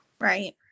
Right